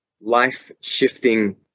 life-shifting